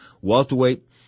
welterweight